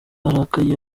arakaye